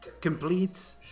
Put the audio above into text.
complete